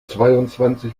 zweiundzwanzig